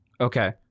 Okay